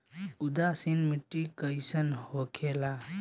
उदासीन मिट्टी कईसन होखेला?